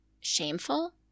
shameful